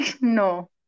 no